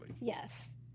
Yes